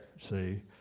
see